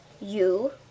You